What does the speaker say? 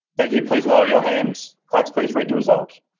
thank you, please lower your hands. clerks please read the result.